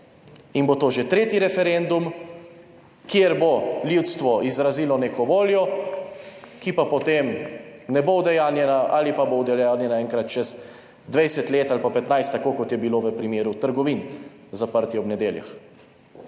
In bo to že tretji referendum, kjer bo ljudstvo izrazilo neko voljo, ki pa potem ne bo udejanjena ali pa bo udejanjena enkrat čez 20 let ali pa 15, tako kot je bilo v primeru trgovin zaprtih ob nedeljah.